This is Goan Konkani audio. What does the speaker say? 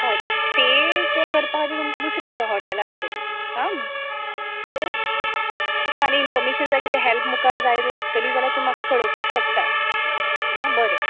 हय स्टे स्टे करपाक तुमकां दुसरी हाॅटेल आसतली आं सो तुका आनी इन्फाॅरमेशन जाय कितेंय हेजे मुखार जाय जाल्यार तरी तूं म्हाका कळोवपाक शकता आं बरें